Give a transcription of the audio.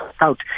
out